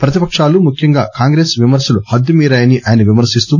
ప్రతిపకాలు ముఖ్యంగా కాంగ్రెస్ విమర్శలు హద్దు మీరాయని ఆయన విమర్శిస్తూ